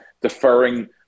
deferring